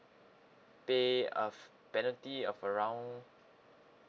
pay a penalty of around